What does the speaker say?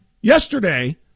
Yesterday